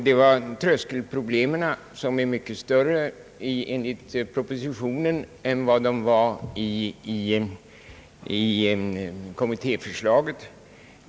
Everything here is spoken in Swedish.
Det var tröskelproblemen som blir mycket större enligt propositionens förslag än vad de blev enligt kommittéförslaget.